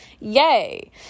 Yay